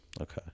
Okay